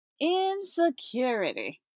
Insecurity